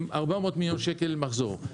עם 400 מיליון שקל מחזור.